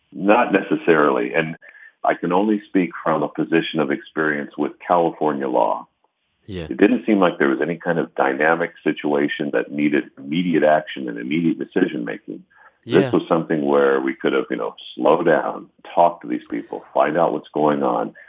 not necessarily and i can only speak from a position of experience with california law yeah it didn't seem like there was any kind of dynamic situation that needed immediate action and immediate decision-making yeah this was something where we could have, you know slow down. talk to these people. find out what's going on.